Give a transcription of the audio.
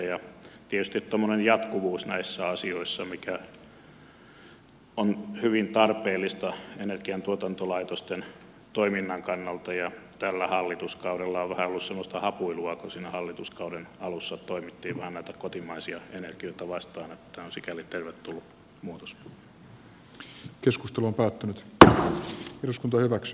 tietysti tuommoinen jatkuvuus näissä asioissa on hyvin tarpeellista energiantuotantolaitosten toiminnan kannalta ja tällä hallituskaudella on vähän ollut semmoista hapuilua kun siinä hallituskauden alussa toimittiin vähän näitä kotimaisia energioita vastaan niin että tämä on sikäli tervetullut muutos